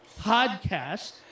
podcast